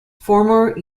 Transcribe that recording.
former